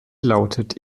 lautete